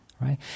right